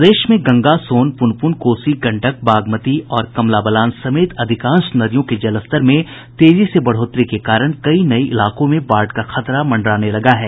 प्रदेश में गंगा सोन पुनपुन कोसी गंडक बागमती और कमला बलान समेत अधिकांश नदियों के जलस्तर में तेजी से बढ़ोतरी के कारण कई नये इलाकों में बाढ़ का खतरा मंडराने लगा है